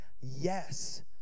yes